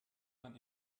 man